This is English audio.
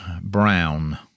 Brown